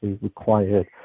required